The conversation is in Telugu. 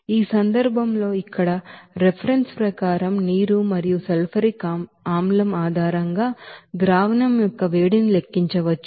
ఈ సందర్భంలో ఇక్కడ రిఫరెన్స్ ప్రకారంగా నీరు మరియు సల్ఫ్యూరిక్ ಆಸಿಡ್ ఆధారంగా ಹೀಟ್ ಒಫ್ ಸೊಲ್ಯೂಷನ್ని లెక్కించవచ్చు